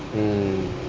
mm